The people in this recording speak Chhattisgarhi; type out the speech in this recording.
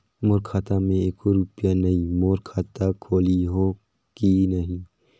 मोर खाता मे एको रुपिया नइ, मोर खाता खोलिहो की नहीं?